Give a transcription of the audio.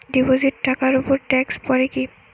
Deposit টাকার উপর tax পড়ে কি?